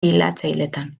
bilatzailetan